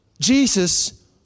Jesus